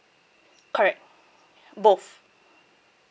correct both